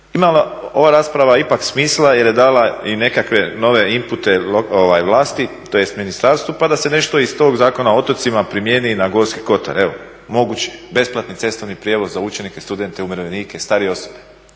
ova rasprava ipak smisla jer je dala i nekakve nove impute vlasti tj. ministarstvu pa da se nešto iz tog Zakona o otocima primijeniti i na Gorski kotar. Evo, omogući besplatni cestovni prijevoz za učenike, studente, umirovljenike, starije osobe.